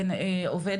בין עובד,